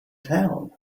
town